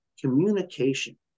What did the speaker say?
communication